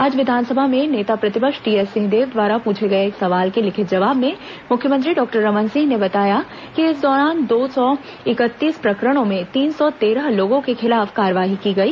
आज विधानसभा में नेता प्रतिपक्ष टीएस सिंहदेव द्वारा पूछे गए एक सवाल के लिखित जवाब में मुख्यमंत्री डॉक्टर रमन सिंह ने बताया कि इस दौरान दो सौ इकतीस प्रकरणों में तीन सौ तेरह लोगों के खिलाफ कार्रवाई की गई